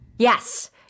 Yes